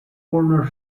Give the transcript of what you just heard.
corner